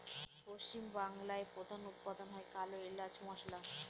পশ্চিম বাংলায় প্রধান উৎপাদন হয় কালো এলাচ মসলা